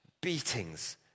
beatings